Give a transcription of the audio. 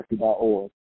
Org